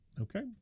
Okay